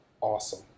Awesome